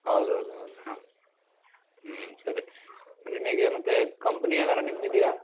ಹೌದೌದು ಹೌದು ಹಾಂ ಹ್ಞೂ ಸರಿ ನಿಮಗೆ ಮತ್ತೆ ಕಂಪ್ನಿ ಯಾವ್ದಾರೂ ನಿಮ್ಮದಿದ್ಯಾ